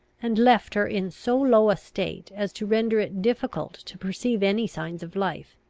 and left her in so low a state as to render it difficult to perceive any signs of life.